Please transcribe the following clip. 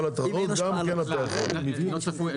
נכון.